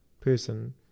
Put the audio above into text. person